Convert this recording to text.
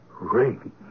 ring